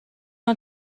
nhw